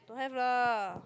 don't have lah